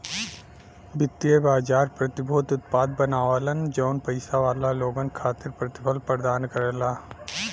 वित्तीय बाजार प्रतिभूति उत्पाद बनावलन जौन पइसा वाला लोगन खातिर प्रतिफल प्रदान करला